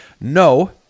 No